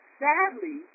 sadly